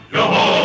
Yo-ho